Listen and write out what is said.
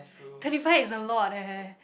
twenty five is a lot eh